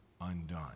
undone